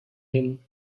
him